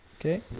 Okay